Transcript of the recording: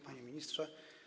Panie Ministrze!